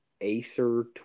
Acer